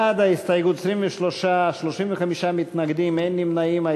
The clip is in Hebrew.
בעד ההסתייגות, 23, 35 מתנגדים, אין נמנעים.